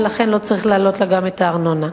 ולכן לא צריך להעלות לה גם את הארנונה.